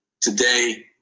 today